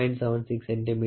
76 centimetre ஆகும்